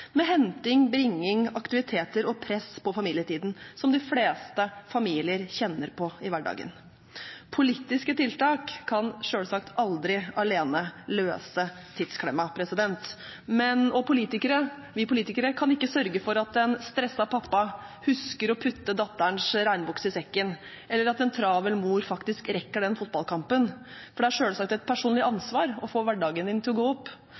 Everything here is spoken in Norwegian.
med henting, bringing, aktiviteter og press på familietiden, som de fleste familier kjenner på i hverdagen. Politiske tiltak kan selvsagt aldri alene løse tidsklemma, og vi politikere kan ikke sørge for at en stresset pappa husker å putte datterens regnbukse i sekken, eller at en travel mor faktisk rekker den fotballkampen, for det er selvsagt et personlig ansvar å få hverdagen til å gå opp.